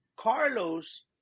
Carlos